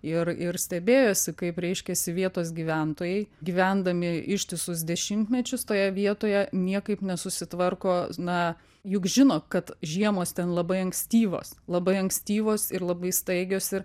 ir ir stebėjosi kaip reiškiasi vietos gyventojai gyvendami ištisus dešimtmečius toje vietoje niekaip nesusitvarko na juk žino kad žiemos ten labai ankstyvos labai ankstyvos ir labai staigios ir